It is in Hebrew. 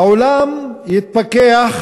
העולם יתפכח